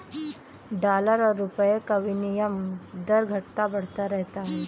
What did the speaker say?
dollar और रूपए का विनियम दर घटता बढ़ता रहता है